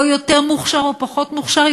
הוא לא יותר מוכשר או פחות מוכשר,